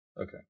Okay